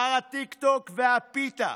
שר הטיקטוק והפיתה,